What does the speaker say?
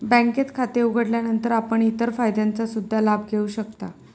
बँकेत खाते उघडल्यानंतर आपण इतर फायद्यांचा सुद्धा लाभ घेऊ शकता